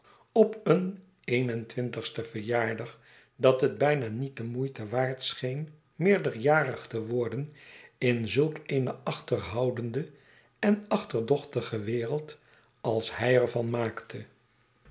op een een en twintigsten verjaardag dat het bijna niet de moeite waard scheen meerderjarig te worden in zulk eene achterhoudende en achterdbchtige wereld als hij er v n maakte